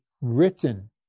written